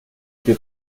più